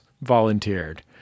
volunteered